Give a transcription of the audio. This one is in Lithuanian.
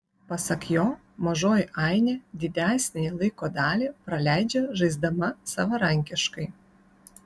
pasak jo mažoji ainė didesniąją laiko dalį praleidžia žaisdama savarankiškai